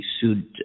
sued